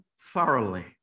thoroughly